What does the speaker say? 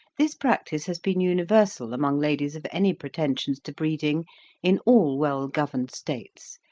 this practice has been universal among ladies of any pretensions to breeding in all well-governed states,